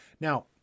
Now